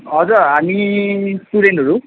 हजुर हामी स्टुडेन्टहरू